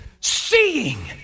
Seeing